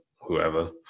whoever